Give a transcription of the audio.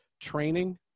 training